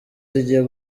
zigiye